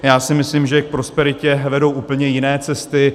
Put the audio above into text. Já si myslím, že k prosperitě vedou úplně jiné cesty.